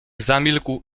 zamilkł